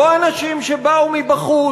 לא אנשים שבאו מבחוץ,